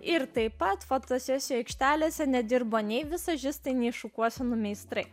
ir taip pat fotosesijų aikštelėse nedirbo nei vizažistai nei šukuosenų meistrai